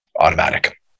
automatic